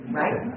right